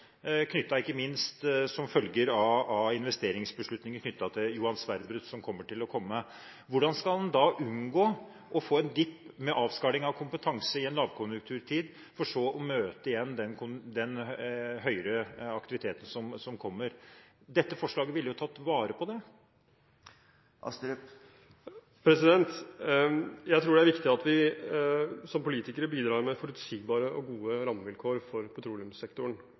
ikke minst som følge av investeringsbeslutninger knyttet til Johan Sverdrup, som kommer til å komme. Hvordan skal en da unngå å få en «dip» med avskalling av kompetanse i en lavkonjunkturtid for så igjen å møte den høyere aktiviteten som kommer? Dette forslaget ville jo tatt vare på det. Jeg tror det er viktig at vi som politikere bidrar med forutsigbare og gode rammevilkår for petroleumssektoren.